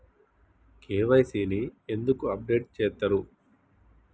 KYC ని ఎందుకు update చేత్తరు?